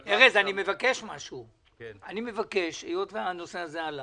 ארז, אני מבקש, היות והנושא הזה עלה,